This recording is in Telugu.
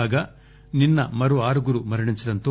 కాగా నిన్న మరో ఆరుగురు మరణించటంతో